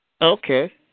Okay